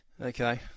Okay